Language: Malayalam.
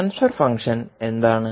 ട്രാൻസ്ഫർ ഫംഗ്ഷൻ എന്താണ്